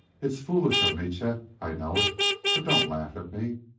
it's foolish of me, chet, i know it but don't laugh at me.